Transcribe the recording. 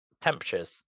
temperatures